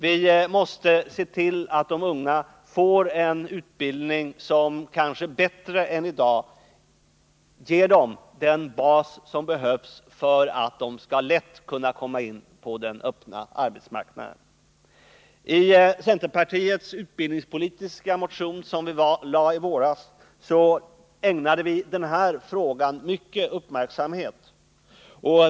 Vi måste se till att de unga får en utbildning som bättre än i dag ger dem den bas som behövs för att de lätt skall kunna komma in på den öppna marknaden. I centerpartiets utbildningspolitiska motion, som vi lade fram i våras, ägnade vi denna fråga mycken uppmärksamhet.